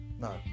No